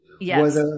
Yes